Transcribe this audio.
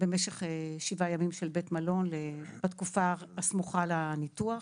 במשך שבעה ימים של בית מלון בתקופה הסמוכה לניתוח.